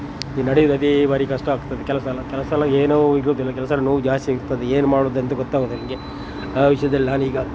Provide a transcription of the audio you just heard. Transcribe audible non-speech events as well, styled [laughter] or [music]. [unintelligible] ನಡಿಲಿಕ್ಕೆ ಭಾರಿ ಕಷ್ಟ ಆಗ್ತದೆ ಕೆಲವು ಸಲ ಕೆಲವು ಸಲ ಏನು ಇರುವುದಿಲ್ಲ ಕೆಲವು ಸಲ ನೋವು ಜಾಸ್ತಿ ಆಗ್ತದೆ ಏನು ಮಾಡುವುದು ಅಂತ ಗೊತ್ತಾಗುದಿಲ್ಲ ನನಗೆ ಆ ವಿಷಯದಲ್ಲಿ ನಾನೀಗ